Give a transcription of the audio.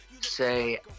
Say